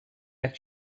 have